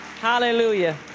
Hallelujah